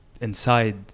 inside